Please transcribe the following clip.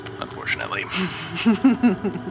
unfortunately